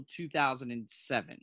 2007